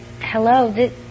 hello